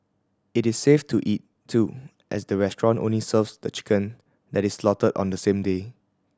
it is safe to eat too as the restaurant only serves the chicken that is slaughtered on the same day